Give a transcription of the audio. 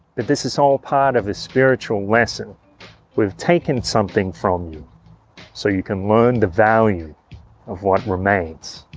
but this is all part of a spiritual lesson we've taken something from you so you can learn the value of what remains.